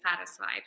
satisfied